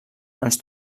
ens